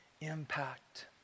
impact